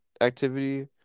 activity